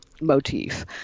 motif